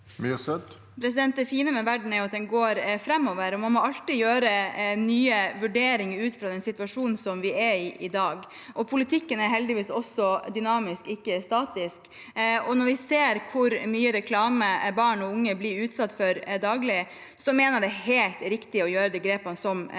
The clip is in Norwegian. Det fine med verden er at den går framover, og man må alltid gjøre nye vurderinger ut fra den situasjonen som vi er i i dag. Politikken er heldigvis også dynamisk, ikke statisk. Når vi ser hvor mye reklame barn og unge blir utsatt for daglig, mener jeg det er helt riktig å ta de grepene som vi nå tar.